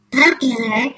popular